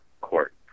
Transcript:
court